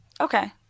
Okay